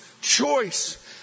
choice